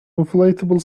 inflatable